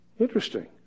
Interesting